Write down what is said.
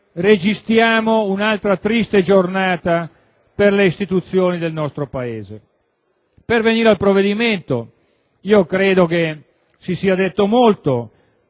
registriamo un'altra triste giornata per le istituzioni del nostro Paese. Per quanto riguarda il provvedimento in esame, io credo si sia detto molto